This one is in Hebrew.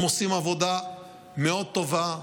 הם עושים עבודה מאוד טובה,